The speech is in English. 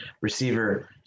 receiver